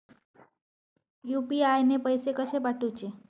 UPI ने पैशे कशे पाठवूचे?